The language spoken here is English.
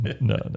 no